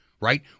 right